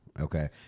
Okay